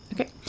Okay